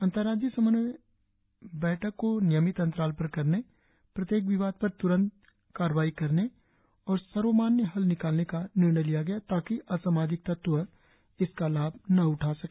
अंतर्राज्यीय समन्वय बैठक को नियमित अंतराल पर करने प्रत्येक विवाद पर त्रंत कार्रवाई करने और सर्वमान्य हल निकालने का निर्णय लिया गया ताकि असमाजिक तत्व इसका लाभ न उठा सके